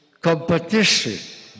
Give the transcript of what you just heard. competition